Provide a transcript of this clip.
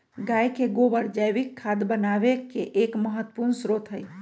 गाय के गोबर जैविक खाद बनावे के एक महत्वपूर्ण स्रोत हई